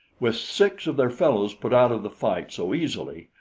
with six of their fellows put out of the fight so easily,